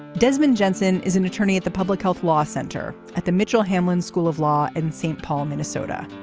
desmond jensen is an attorney at the public health law center at the mitchell hamlin school of law in st. paul, minnesota.